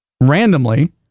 Randomly